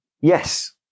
yes